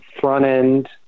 front-end